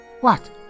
What